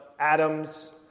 atoms